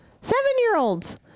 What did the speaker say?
seven-year-olds